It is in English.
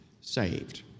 saved